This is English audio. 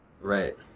Right